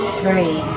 three